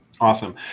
Awesome